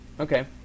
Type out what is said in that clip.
Okay